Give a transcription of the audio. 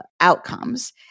outcomes